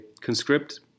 conscript